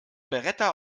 beretta